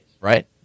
right